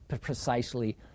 precisely